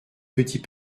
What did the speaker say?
petit